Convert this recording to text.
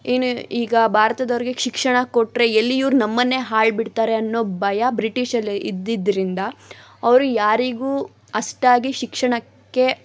ಇನ್ನು ಈಗ ಭಾರತದವ್ರಿಗೆ ಶಿಕ್ಷಣ ಕೊಟ್ಟರೆ ಎಲ್ಲಿ ಇವ್ರು ನಮ್ಮನ್ನೇ ಆಳ್ಬಿಡ್ತಾರೆ ಅನ್ನೋ ಭಯ ಬ್ರಿಟಿಷಲ್ಲಿ ಇದ್ದಿದ್ದರಿಂದ ಅವ್ರು ಯಾರಿಗೂ ಅಷ್ಟಾಗಿ ಶಿಕ್ಷಣಕ್ಕೆ